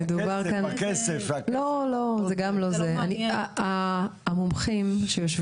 אפשר היה לבוא לאותו אדם ולומר לו: תקשיב,